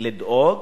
לדאוג